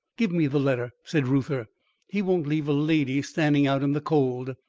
give me the letter, said reuther. he won't leave a lady standing out in the cold.